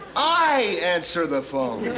i answer the phone.